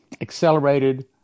accelerated